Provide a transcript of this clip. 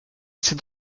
assez